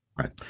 Right